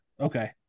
okay